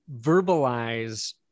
verbalize